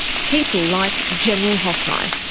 people like general hoth mai.